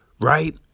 right